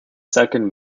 second